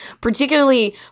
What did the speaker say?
particularly